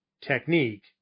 technique